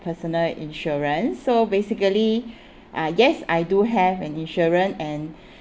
personal insurance so basically uh yes I do have an insurance and